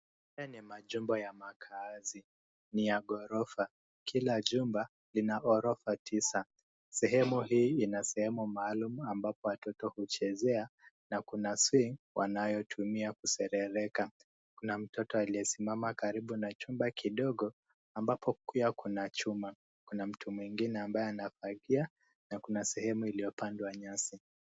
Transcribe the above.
Haya ni majumba ya makaazi. Ni ya ghorofa. Kila jumba lina ghorofa tisa. Sehemu hii ina sehemu maalum ambapo watoto huchezea na kuna swing wanayotumia kuserereka. Kuna mtoto aliyesimama karibu na chumba kidogo ambapo pia kuna chuma, na mtu mwingine ambaye anafagia na kuna sehemu iliyopandwa nyasi.